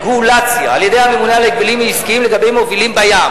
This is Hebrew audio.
על-ידי הממונה על ההגבלים העסקיים לגבי מובילים בים,